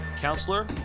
Counselor